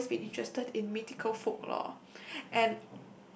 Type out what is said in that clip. I've always been interested in mythical folklore and